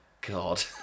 God